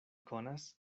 konas